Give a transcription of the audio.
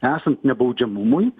esant nebaudžiamumui